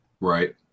Right